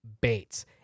Bates